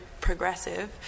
progressive